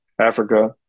Africa